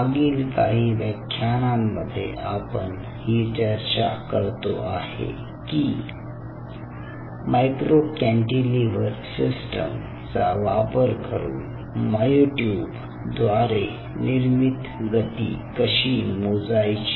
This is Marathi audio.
मागील काही व्याख्यानांमध्ये आपण ही चर्चा करतो आहे की मायक्रो कॅन्टीलिव्हर सिस्टम चा वापर करून मायोट्यूब द्वारे निर्मित गती कशी मोजायची